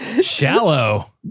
Shallow